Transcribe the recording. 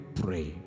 pray